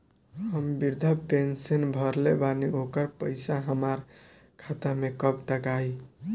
हम विर्धा पैंसैन भरले बानी ओकर पईसा हमार खाता मे कब तक आई?